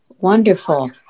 Wonderful